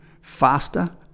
faster